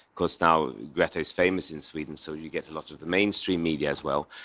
because now greta is famous in sweden. so you get a lot of the mainstream media as well.